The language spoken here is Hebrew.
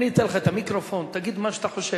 אני אתן לך את המיקרופון, תגיד מה שאתה חושב.